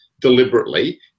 deliberately